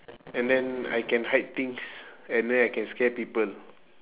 and then I can hide things and then I can scare people